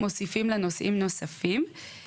מוסיפים לה נושאי נוספים,